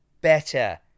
better